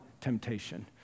temptation